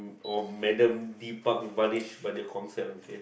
or Madam Dipawanesh but the Guang-Xiang okay